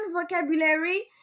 vocabulary